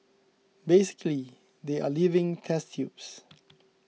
basically they are living test tubes